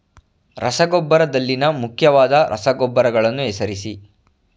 ರಸಗೊಬ್ಬರದಲ್ಲಿನ ಮುಖ್ಯವಾದ ರಸಗೊಬ್ಬರಗಳನ್ನು ಹೆಸರಿಸಿ?